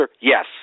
yes